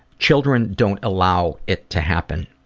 children don't allow it to happen.